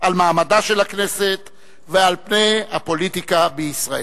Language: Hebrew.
על מעמדה של הכנסת ועל פני הפוליטיקה בישראל.